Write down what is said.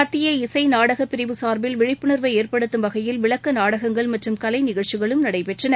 மத்திய இசை நாடகப் பிரிவு சார்பில் விழிப்புணர்வு ஏற்படுத்தும் வகையில் விளக்க நாடகங்கள் மற்றும் கலை நிகழ்ச்சிகளும் நடைபெற்றன